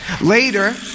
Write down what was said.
Later